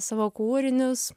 savo kūrinius